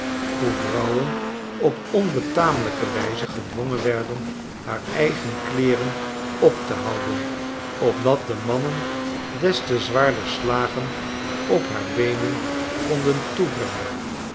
hoe vrouwen op onbetamelijke wyze gedwongen werden haar eigen kleeren op te houden opdat de mannen des te zwaarder slagen op haar beenen konden toebrengen